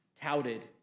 touted